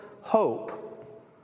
hope